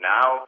Now